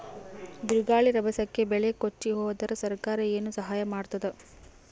ಬಿರುಗಾಳಿ ರಭಸಕ್ಕೆ ಬೆಳೆ ಕೊಚ್ಚಿಹೋದರ ಸರಕಾರ ಏನು ಸಹಾಯ ಮಾಡತ್ತದ?